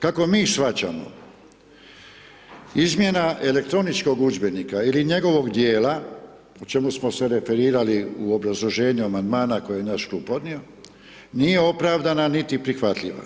Kako mi shvaćamo, izmjena elektroničkog udžbenika ili njegovog dijela, u čemu smo se referirali u obrazloženju amandmana koje je naš klub podnio, nije opravdana niti prihvatljiva.